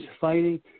fighting